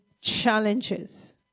challenges